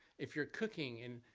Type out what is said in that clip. if you're cooking and,